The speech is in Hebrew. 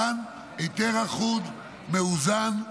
כאן ההיתר אחוד, מאוזן,